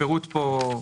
הפירוט פה,